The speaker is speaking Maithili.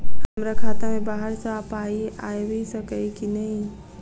हमरा खाता मे बाहर सऽ पाई आबि सकइय की नहि?